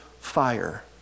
fire